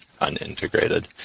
unintegrated